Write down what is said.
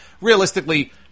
realistically